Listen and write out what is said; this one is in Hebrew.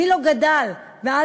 מי לא גדל אז,